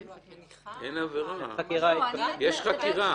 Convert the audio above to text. אין עבירה, יש חקירה.